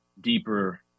deeper